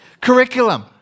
curriculum